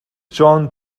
john